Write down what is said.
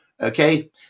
Okay